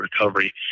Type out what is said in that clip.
Recovery